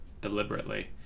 deliberately